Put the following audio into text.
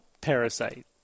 parasite